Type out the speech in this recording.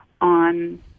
on